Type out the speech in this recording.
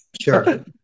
Sure